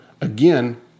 again